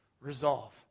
resolve